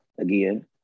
again